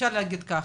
אפשר להגיד ככה.